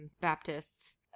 Baptists